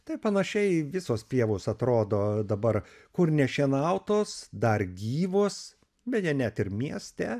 taip panašiai visos pievos atrodo dabar kur nešienautos dar gyvos bene net ir mieste